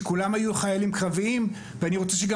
כולם היו חיילים קרביים ואני ארצה שגם